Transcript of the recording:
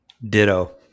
Ditto